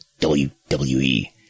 WWE